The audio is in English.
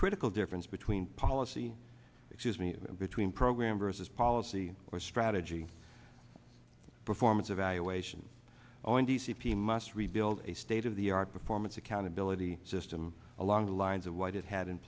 critical difference between policy excuse me between program versus policy or strategy performance evaluation on d c p must rebuild a state of the art performance accountability system along the lines of what it had